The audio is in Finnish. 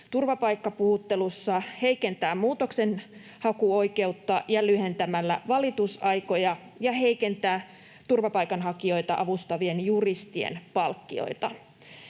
turvapaikkapuhuttelussa, heikentää muutoksenhakuoikeutta lyhentämällä valitusaikoja ja heikentää turvapaikanhakijoita avustavien juristien palkkioita.